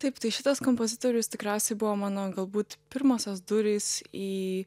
taip tai šitas kompozitorius tikriausiai buvo mano galbūt pirmosios durys į